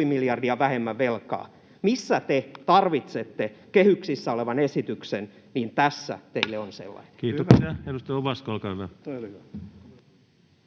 2,5 miljardia vähemmän velkaa. Missä te tarvitsette kehyksissä olevan esityksen, niin tässä teille on sellainen. [Speech